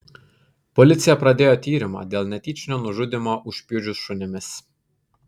policija pradėjo tyrimą dėl netyčinio nužudymo užpjudžius šunimis